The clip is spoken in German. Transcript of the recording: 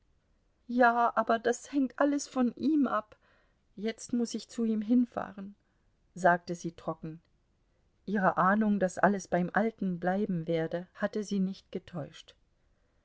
ja aber das hängt alles von ihm ab jetzt muß ich zu ihm hinfahren sagte sie trocken ihre ahnung daß alles beim alten bleiben werde hatte sie nicht getäuscht